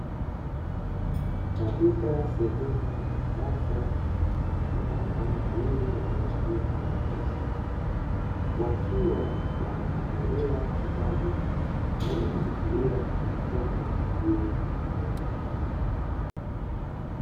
Katika sehemu ya darasa kuna wanaume wawili waliovalia nguo nyeusi wakiwa wanaombelea kitabu cha aina biblia kilichopo juu ya meza.